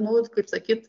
nu vat kaip sakyt